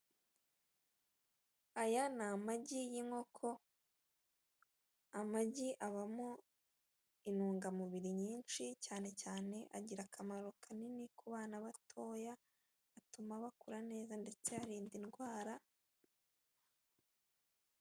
Aya ni amagi y'inkoko, amagi abamo intungamubiri nyinshi, cyane cyane agira akamaro kanini ku bana batoya, atuma bakura neza, ndetse arinda indwara,